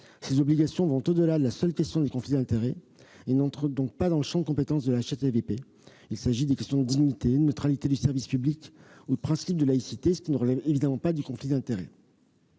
Ces obligations vont au-delà de la seule question des conflits d'intérêts et n'entrent donc pas dans le champ de compétences de la HATVP : il s'agit des questions de dignité, de neutralité du service public, du principe de laïcité. La mention du dernier alinéa